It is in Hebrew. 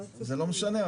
זה לא משנה,